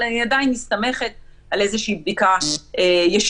אבל אני עדיין מסתמכת על איזושהי בדיקה ישנה.